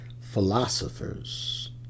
philosophers